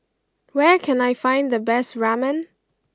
where can I find the best Ramen